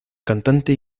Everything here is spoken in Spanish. cantante